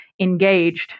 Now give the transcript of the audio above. engaged